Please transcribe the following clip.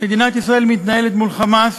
מדינת ישראל מתנהלת מול ה"חמאס"